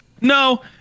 No